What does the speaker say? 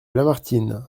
lamartine